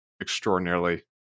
extraordinarily